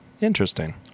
interesting